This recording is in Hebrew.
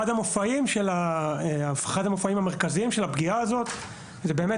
אחד המופעים המרכזיים של הפגיעה הזאת זה באמת